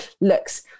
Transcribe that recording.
looks